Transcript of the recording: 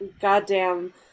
goddamn